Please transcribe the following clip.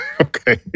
Okay